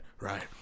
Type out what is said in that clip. right